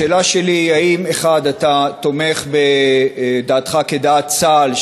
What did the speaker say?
השאלה שלי: 1. האם דעתך כדעת צה"ל,